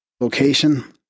Location